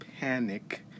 panic